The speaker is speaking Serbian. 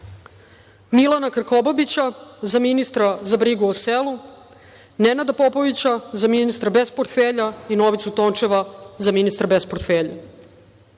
Milana Krkobabića za ministra za brigu o selu, Nenada Popovića za ministra bez portfelja i Novicu Tončeva za ministra bez portfelja. Od